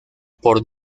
por